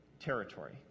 territory